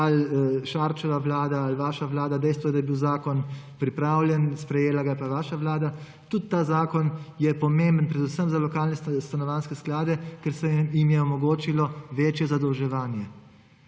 ali Šarčeva vlada ali vaša vlada; dejstvo je, da je bil zakon pripravljen, sprejela ga je pa vaša vlada. Tudi ta zakon je pomemben, predvsem za lokalne stanovanjske sklade, ker se jim je omogočilo večje zadolževanje.